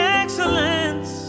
excellence